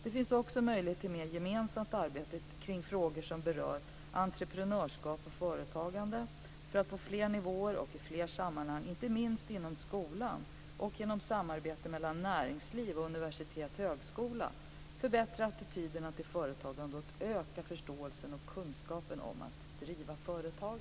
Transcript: Det finns också möjlighet till mer gemensamt arbete kring frågor som rör entreprenörskap och företagande för att på flera nivåer och i flera olika sammanhang, inte minst inom skolan och genom samarbete mellan näringsliv och universitet/högskola, förbättra attityderna till företagande och öka förståelsen och kunskapen om att driva företag.